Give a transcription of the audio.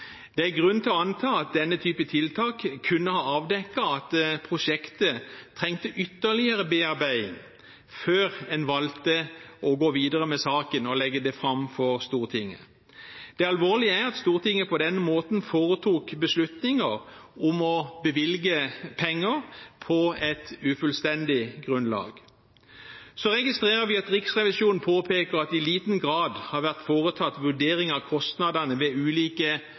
Det er grunn til å anta at denne typen tiltak kunne ha avdekket at prosjektet trengte ytterligere bearbeiding før en valgte å gå videre med saken og legge det fram for Stortinget. Det alvorlige er at Stortinget på denne måten foretok beslutninger om å bevilge penger på et ufullstendig grunnlag. Så registrerer vi at Riksrevisjonen påpeker at det i liten grad har vært foretatt vurderinger av kostnadene ved ulike